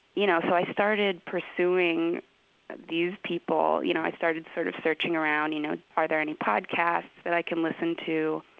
you know so i started pursuing these people. you know i started sort of searching around, you know, are there any podcasts that i can listen to?